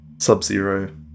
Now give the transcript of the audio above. Sub-Zero